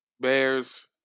Bears